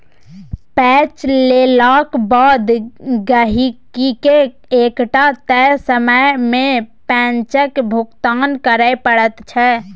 पैंच लेलाक बाद गहिंकीकेँ एकटा तय समय मे पैंचक भुगतान करय पड़ैत छै